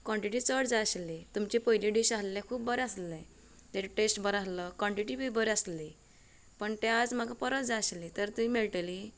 quantity चड जाय आसली तुमचें पयली डीश आहलें खूब बरें आयलें तर टेस्ट बरो आहलो क्वॉन्टिटी बी बरी आसलेली पूण तें आयज परत जाय आशिल्ले तर तें मेळटली